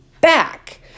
back